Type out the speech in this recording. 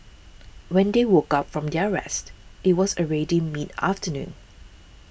when they woke up from their rest it was already mid afternoon